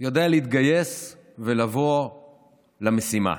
יודע להתגייס ולבוא למשימה,